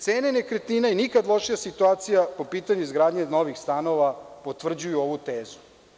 Cene nekretnina i nikada lošija situacija po pitanju izgradnje novih stanova potvrđuje ovu tezu.